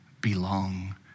belong